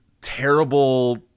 terrible